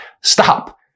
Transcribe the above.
stop